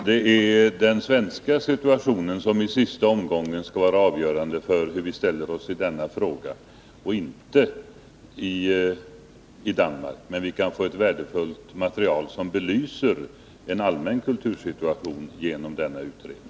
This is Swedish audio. Herr talman! Det är den svenska situationen som i sista omgången skall vara avgörande för hur vi ställer oss i denna fråga, inte den danska. Men vi kan genom denna utredning få ett värdefullt material som belyser en allmän kultursituation.